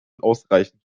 ausreichend